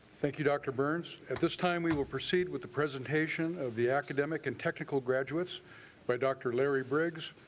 thank you dr. burns. at this time, we will proceed with the presentation of the academic and technical graduates by dr. larry briggs.